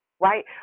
right